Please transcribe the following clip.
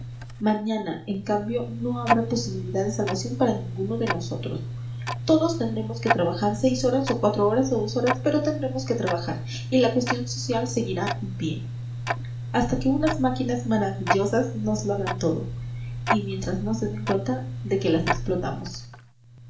mañana en cambio no habrá posibilidad de salvación para ninguno de nosotros todos tendremos que trabajar seis horas o cuatro horas o dos horas pero tendremos que trabajar y la cuestión social seguirá en pie hasta que unas máquinas maravillosas nos lo hagan todo y mientras no se den cuenta de que las explotamos